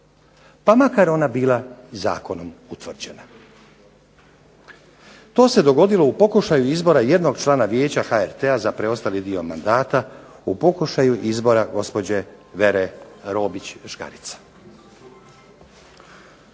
pa makar ona bila zakonom utvrđena. To se dogodilo u pokušaju izbora jednog člana Programskog vijeća HRT-a za preostali dio mandata u pokušaju izbora gospođe Vere Robić Škarica.